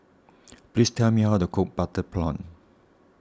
please tell me how to cook Butter Prawn